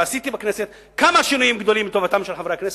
ועשיתי בכנסת כמה שינויים גדולים לטובתם של חברי הכנסת.